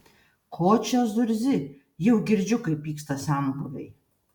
ko čia zurzi jau girdžiu kaip pyksta senbuviai